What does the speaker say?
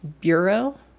bureau